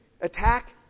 attack